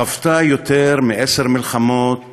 חוותה יותר מעשר מלחמות